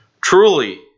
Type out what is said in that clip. Truly